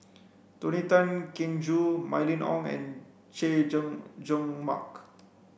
Tony Tan Keng Joo Mylene Ong and Chay Jung Jun Mark